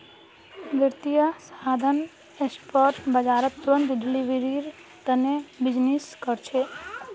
वित्तीय साधन स्पॉट बाजारत तुरंत डिलीवरीर तने बीजनिस् कर छे